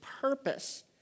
purpose